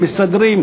מסדרות,